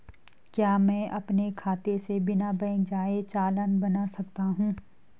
क्या मैं अपने खाते से बिना बैंक जाए चालान बना सकता हूँ?